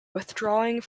withdrawing